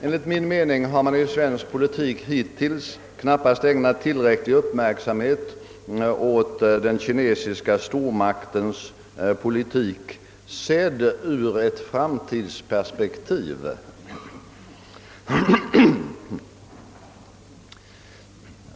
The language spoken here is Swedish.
Enligt min mening har man i utrikespolitisk debatt hittills knappast ägnat tillräcklig uppmärksamhet åt den kinesiska stormaktens politik, sedd ur ett framtidsperspektiv.